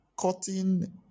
Cutting